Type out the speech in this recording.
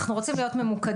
אנחנו רוצים להיות ממוקדים.